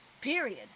period